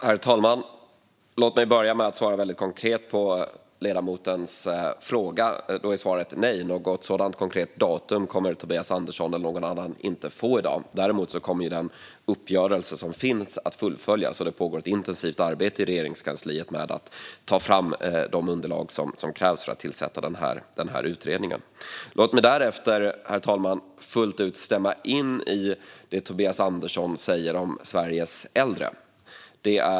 Herr talman! Låt mig börja med att svara väldigt konkret på ledamotens fråga. Svaret är nej; något konkret datum kommer inte Tobias Andersson eller någon annan att få i dag. Däremot kommer den uppgörelse som finns att fullföljas, och det pågår ett intensivt arbete i Regeringskansliet med att ta fram de underlag som krävs för att tillsätta den här utredningen. Låt mig därefter, herr talman, fullt ut stämma in i det Tobias Andersson säger om Sveriges äldre.